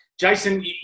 Jason